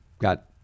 got